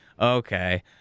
okay